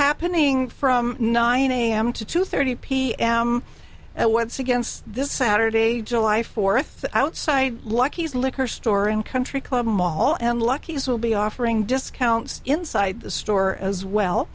happening from nine am to two thirty pm at what's against this saturday july fourth outside lucky's liquor store and country club mall and lucky's will be offering discounts inside the store as well